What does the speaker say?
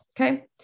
okay